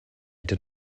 did